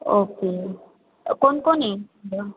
okay कोण कोण आहे ड